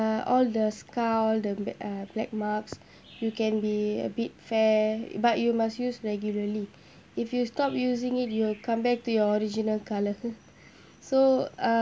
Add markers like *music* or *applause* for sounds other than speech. uh all the scar all the uh black marks you can be a bit fair but you must use regularly if you stop using it you will come back to your original colour *laughs* so uh